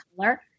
color